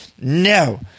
no